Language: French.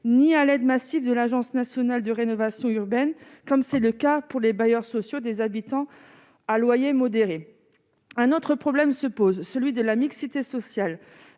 ni à l'aide massive de l'Agence nationale de rénovation urbaine comme c'est le cas pour les bailleurs sociaux des habitants à loyer modéré, un autre problème se pose celui de la mixité sociale,